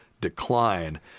decline